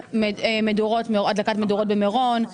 לנוהל הדלקת מדורות במירון.